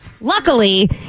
Luckily